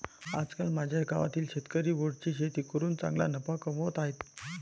आजकाल माझ्या गावातील शेतकरी ओट्सची शेती करून चांगला नफा कमावत आहेत